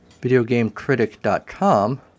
VideoGameCritic.com